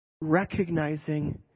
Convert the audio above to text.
recognizing